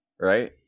right